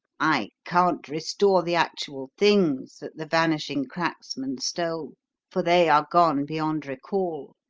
i can't restore the actual things that the vanishing cracksman stole for they are gone beyond recall,